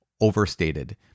overstated